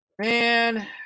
Man